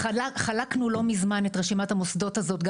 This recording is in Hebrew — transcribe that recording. חלקנו לא מזמן את רשימת המוסדות הזו גם